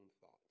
thoughts